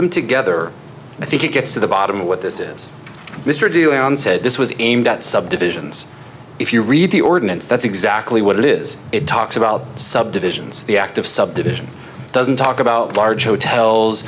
them together i think it gets to the bottom of what this is mr dionne said this was aimed at subdivisions if you read the ordinance that's exactly what it is it talks about subdivisions the act of subdivision doesn't talk about large hotels